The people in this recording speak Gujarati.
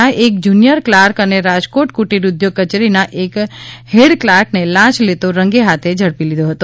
ના એક જૂનિયર કલાર્ક અને રાજકોટ કુટીર ઉદ્યોગ કચેરીના એક હેડ કલાર્કને લાંચ લેતાં રંગે હાથ ઝડપી લીધા હતા